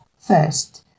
first